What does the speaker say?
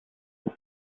was